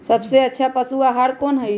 सबसे अच्छा पशु आहार कोन हई?